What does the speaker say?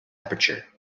aperture